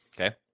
Okay